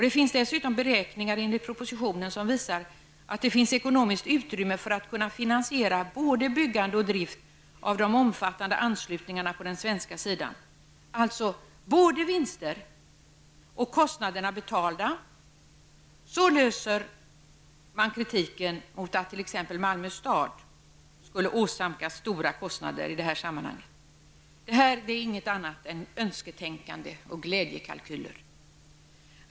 Det finns i propositionen dessutom beräkningar som visar att det finns ekonomiskt utrymme för att finansiera både byggande och drift av de omfattande anslutningarna på den svenska sidan. Med hänvisning både till vinster och till att kostnaderna är betalda bemöter man kritiken mot att t.ex. Malmö stad i detta sammanhang skulle åsamkas stora kostnader. Detta är inget annat än önsketänkande och glädjekalkyler.